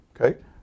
Okay